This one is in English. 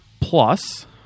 Plus